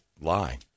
lie